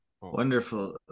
Wonderful